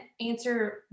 answer